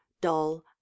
dull